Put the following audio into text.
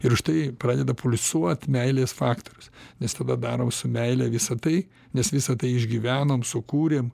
ir štai pradeda pulsuot meilės faktorius nes tada darom su meile visa tai nes visa tai išgyvenom sukūrėm